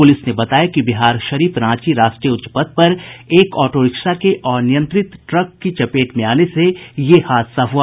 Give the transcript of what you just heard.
police ने बताया कि बिहारशरीफ रांची राष्ट्रीय उच्च पथ पर एक ऑटोरिक्शा के अनियंत्रित ट्रक की चपेट में आने से यह हादसा हुआ